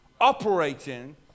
operating